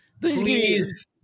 please